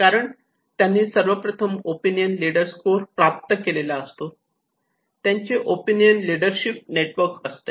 कारण त्यांनी सर्वप्रथम ऑपिनियन लीडर स्कोर प्राप्त केलेला असतो त्यांचे ऑपिनियन लीडरशिप नेटवर्क असते